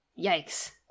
yikes